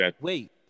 Wait